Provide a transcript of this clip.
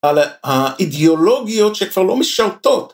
על האידיאולוגיות שכבר לא משרתות.